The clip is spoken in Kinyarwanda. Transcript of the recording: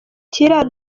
tiller